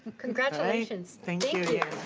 congratulations, thank you.